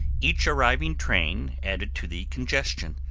each arriving train added to the congestion,